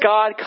God